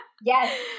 Yes